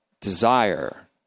desire